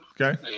okay